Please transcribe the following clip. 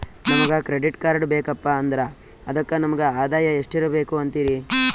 ನಮಗ credit card ಬೇಕಪ್ಪ ಅಂದ್ರ ಅದಕ್ಕ ನಮಗ ಆದಾಯ ಎಷ್ಟಿರಬಕು ಅಂತೀರಿ?